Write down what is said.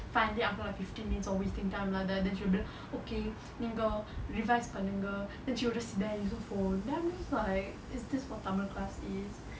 finally after like fifteen minutes of wasting time lah then she'll be like okay நீங்க:ninga revise பண்ணுங்க:pannunga then she will just sit there use her phone then I'm just like is this what tamil class is